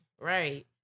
right